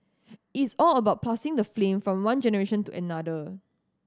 is all about passing the flame from one generation to another